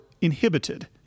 inhibited